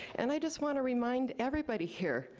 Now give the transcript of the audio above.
and i just wanna remind everybody here,